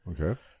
Okay